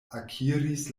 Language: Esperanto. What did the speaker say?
akiris